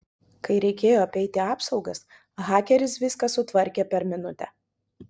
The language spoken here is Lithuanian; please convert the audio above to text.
kai reikėjo apeiti apsaugas hakeris viską sutvarkė per minutę